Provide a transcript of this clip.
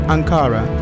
Ankara